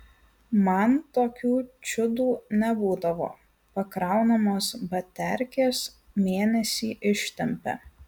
man tokių čiudų nebūdavo pakraunamos baterkės mėnesį ištempia